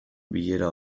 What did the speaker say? bilera